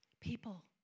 People